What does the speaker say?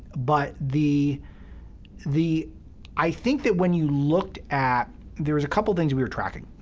but the the i think that when you looked at there was a couple things we were tracking.